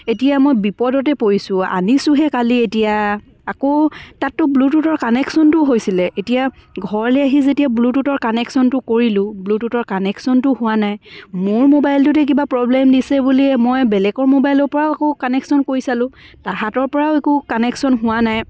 এতিয়া মই বিপদতে পৰিছোঁ আনিছোঁহে কালি এতিয়া আকৌ তাততো ব্লুটুথৰ কানেকশ্যনটোও হৈছিলে এতিয়া ঘৰলৈ আহি যেতিয়া ব্লুটুথৰ কানেকশ্যনটো কৰিলোঁ ব্লুটুথৰ কানেকশ্যনটো হোৱা নাই মোৰ মোবাইলটোতে কিবা প্ৰব্লেম দিছে বুলিয়ে মই বেলেগৰ মোবাইলৰ পৰাও আকৌ কানেকশ্যন কৰি চালোঁ তাহাঁতৰ পৰাও একো কানেকশ্যন হোৱা নাই